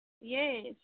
Yes